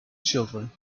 children